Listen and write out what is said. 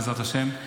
בעזרת השם,